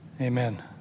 Amen